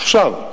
עכשיו.